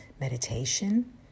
Meditation